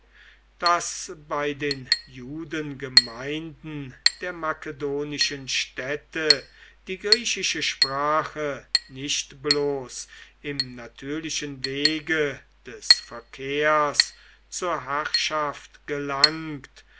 daß bei den judengemeinden der makedonischen städte die griechische sprache nicht bloß im natürlichen wege des verkehrs zur herrschaft gelangt